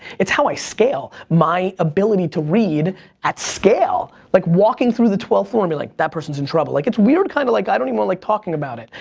it's how i scale my ability to read at scale. like walking through the twelfth floor and be like, that person's in trouble. it's weird, kind of like i don't even like talking about it.